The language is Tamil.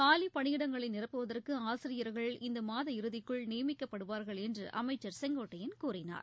காலி பணியிடங்களை நிரப்புவதற்கு ஆசிரியர்கள் இந்த மாத இறுதிக்குள் நியமிக்கப்படுவார்கள் என்று அமைச்சர் செங்கோட்டையன் கூறினார்